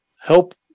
help